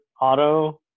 auto